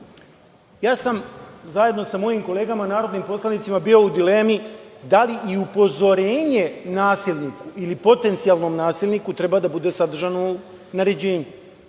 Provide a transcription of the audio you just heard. ja sam zajedno sa mojim kolegama narodnim poslanicima bio u dilemi da li i upozorenje nasilniku ili potencijalnom nasilniku treba da bude sadržano u naređenju?